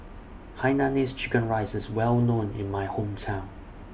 Hainanese Chicken Rice IS Well known in My Hometown